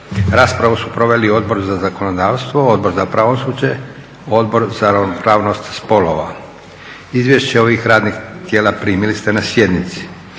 Raspravu su proveli Odbor za zakonodavstvo, Odbor za pravosuđe, Odbor za ravnopravnost spolova. Izvješća ste primili na sjednici.